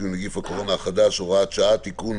עם נגיף הקורונה החדש (הוראת שעה) (תיקון